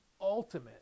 ultimate